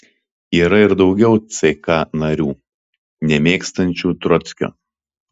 yra ir daugiau ck narių nemėgstančių trockio